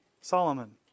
Solomon